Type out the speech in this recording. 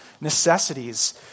necessities